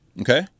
okay